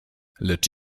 lecz